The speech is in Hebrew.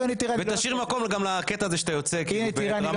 תשאיר מקום גם לקטע הזה שאתה יוצא בדרמטיות.